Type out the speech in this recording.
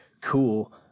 cool